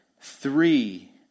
Three